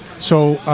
so